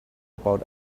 about